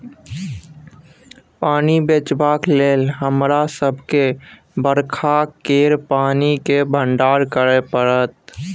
पानि बचेबाक लेल हमरा सबके बरखा केर पानि केर भंडारण करय परत